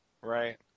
Right